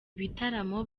bitaramo